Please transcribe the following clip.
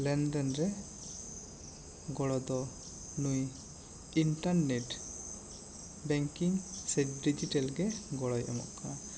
ᱞᱮᱱ ᱫᱮᱱ ᱨᱮ ᱜᱚᱲᱚ ᱫᱚ ᱱᱩᱭ ᱤᱱᱴᱟᱨᱱᱮᱴ ᱵᱮᱝᱠᱤᱝ ᱥᱮ ᱰᱤᱡᱤᱴᱟᱞ ᱜᱮ ᱜᱚᱲᱚᱭ ᱮᱢᱚᱜ ᱠᱟᱱᱟ